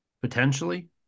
potentially